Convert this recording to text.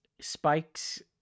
spikes